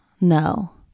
No